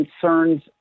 concerns